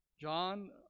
John